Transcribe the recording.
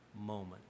moment